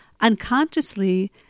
unconsciously